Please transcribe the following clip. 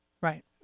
Right